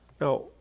Now